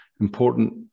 important